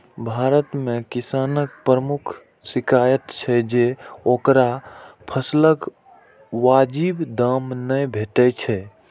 भारत मे किसानक प्रमुख शिकाइत छै जे ओकरा फसलक वाजिब दाम नै भेटै छै